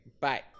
bye